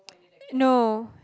no